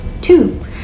Two